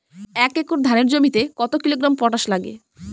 এক একর ধানের জমিতে কত কিলোগ্রাম পটাশ লাগে?